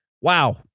wow